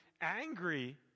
angry